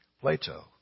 Plato